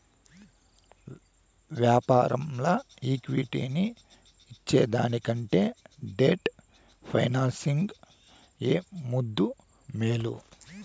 యాపారంల ఈక్విటీని ఇచ్చేదానికంటే డెట్ ఫైనాన్సింగ్ ఏ ముద్దూ, మేలు